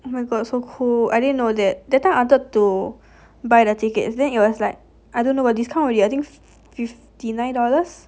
oh my god so cool I didn't know that that time I wanted to buy the tickets then it was like I don't know got discount already fifty nine dollars